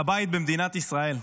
לבית במדינת ישראל.